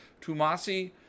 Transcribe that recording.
Tumasi